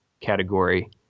category